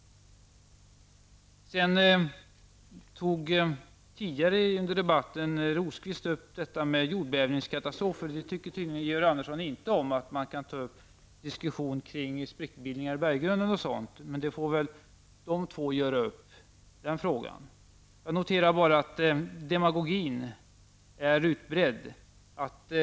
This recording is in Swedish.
Tidigare under debatten tog Birger Rosqvist upp detta med jordbävningskatastrofer. Georg Andersson tycker inte att man kan ta upp diskussion om sprickbildningar i berggrunden. Men det får väl de två göra upp. Jag noterar bara att demagogin är utbredd.